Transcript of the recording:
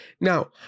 Now